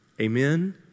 Amen